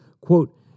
quote